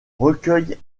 recueille